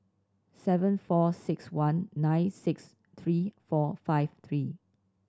seven four six one nine six three four five three